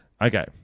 okay